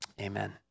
Amen